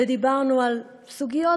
ודיברנו על סוגיות,